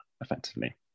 effectively